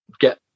get